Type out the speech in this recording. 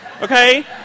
Okay